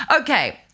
Okay